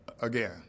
again